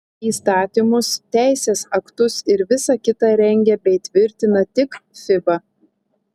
įstatymus teisės aktus ir visa kita rengia bei tvirtina tik fiba